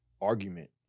argument